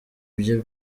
bye